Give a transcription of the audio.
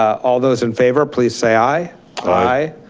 all those in favor pleases say i. i.